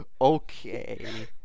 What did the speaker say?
Okay